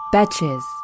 Betches